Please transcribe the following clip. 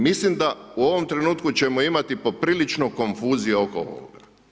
Mislim da u ovom trenutku ćemo imati poprilično konfuzija oko ovoga.